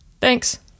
Thanks